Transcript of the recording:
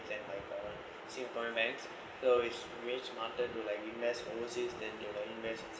then my singaporean banks is very smarter to like invest overseas then like you invest